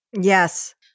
Yes